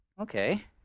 okay